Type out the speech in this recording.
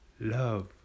love